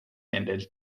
ended